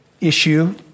issue